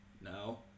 No